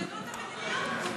אז תשנו את המדיניות.